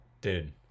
Dude